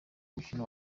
umukino